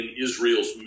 Israel's